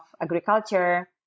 agriculture